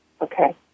Okay